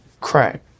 crack